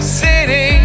city